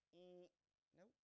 Nope